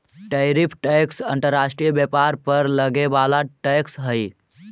tariff tax अंतर्राष्ट्रीय व्यापार पर लगे वाला टैक्स हई